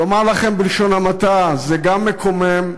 לומר לכם בלשון המעטה: זה גם מקומם,